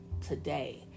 today